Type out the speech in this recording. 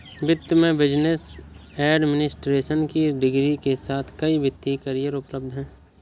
वित्त में business administration की डिग्री के साथ कई वित्तीय करियर उपलब्ध हैं